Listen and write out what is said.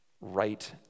right